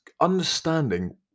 understanding